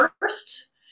first